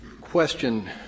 question